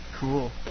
cool